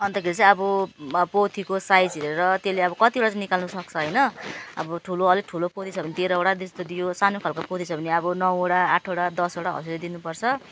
अन्तखेरि चाहिँ अब पोथीको साइज हेरेर त्यसले अब कतिवटा निकाल्नु सक्छ होइन अब ठुलो अलिक ठुलो पोथी छ भने तेह्रवटा जस्तो दियो सानो खाले पोथी छ भने अब नौवटा आठवटा दसवटा हो त्यसरी दिनु पर्छ